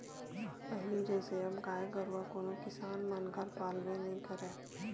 पहिली जइसे अब गाय गरुवा कोनो किसान मन घर पालबे नइ करय